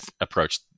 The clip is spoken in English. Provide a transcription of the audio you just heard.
approach